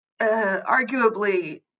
arguably